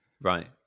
Right